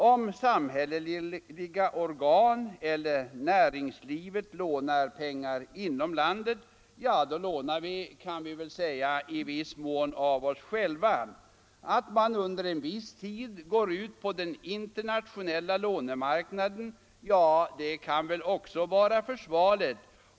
Om samhälleliga organ eller näringslivet lånar inom landet, då lånar vi, kan man säga, i viss mån av oss själva. Att man under någon tid går ut på den internationella lånemarknaden kan väl också vara försvarligt.